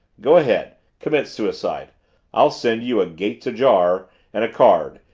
go ahead commit suicide i'll send you a gates ajar and a card,